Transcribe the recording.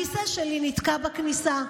הכיסא שלי נתקע בכניסה,